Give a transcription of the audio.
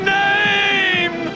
name